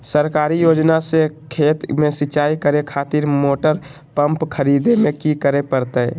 सरकारी योजना से खेत में सिंचाई करे खातिर मोटर पंप खरीदे में की करे परतय?